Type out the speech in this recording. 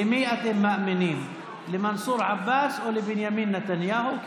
למי אתם מאמינים, למנסור עבאס או לבנימין נתניהו?